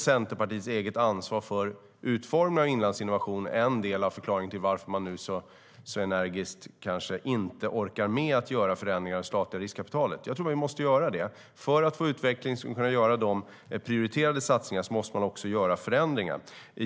Centerpartiets eget ansvar för utformningen av Inlandsinnovation blir väl en del av förklaringen till att man nu kanske inte orkar med att göra förändringar i det statliga riskkapitalet så energiskt. Men jag tror att vi måste göra det. För att få utveckling och kunna göra prioriterade satsningar måste man också göra förändringar.